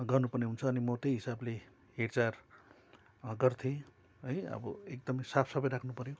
गर्नुपर्ने हुन्छ अनि म त्यहीँ हिसाबले हेरचाह गर्थ्येँ है अब एकदम साफसफाइ राख्नुपऱ्यो